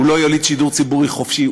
הוא לא יוליד שידור ציבורי חופשי,